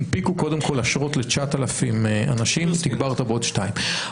הנפיקו קודם כל אשרות ל-9,000 אנשים ותגברת בעוד שניים.